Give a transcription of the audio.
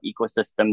ecosystem